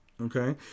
Okay